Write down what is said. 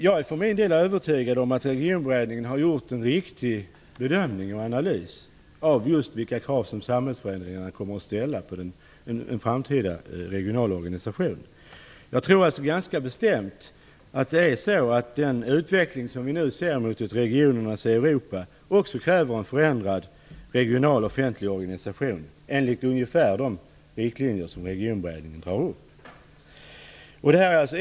Jag är för min del övertygad om att Regionberedningen har gjort en riktig bedömning och analys av just vilka krav som samhällsförändringarna kommer att ställa på en framtida regional organisation. Jag tror ganska bestämt att det är så att den utveckling som vi nu ser mot ett regionernas Europa också kräver en förändrad regional offentlig organisation ungefär enligt de riktlinjer som Regionberedningen har dragit upp.